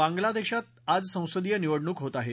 बांग्लादेशात आज संसदीय निवडणूक होत आहेत